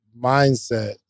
mindset